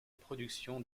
production